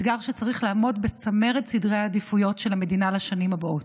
אתגר שצריך לעמוד בצמרת סדר העדיפויות של המדינה לשנים הבאות.